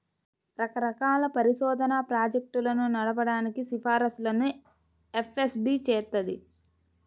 రకరకాల పరిశోధనా ప్రాజెక్టులను నడపడానికి సిఫార్సులను ఎఫ్ఏఎస్బి చేత్తది